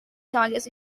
targets